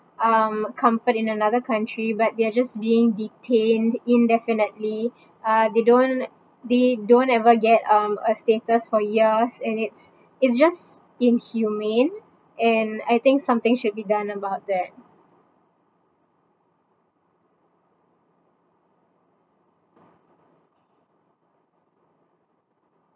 um comfort in another country but they are just being detained indefinitely uh they don't they don't ever get um a status for years and it's it's just inhumane and I think something should be done about that